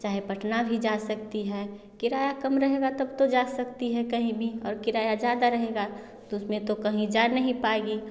चाहें पटना भी जा सकती हैं किराया कम रहेगा तब तो जा सकती हैं कहीं भी और किराया ज़्यादा रहेगा तो उसमें तो कहीं जा नहीं पाएगी